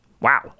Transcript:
Wow